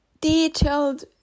detailed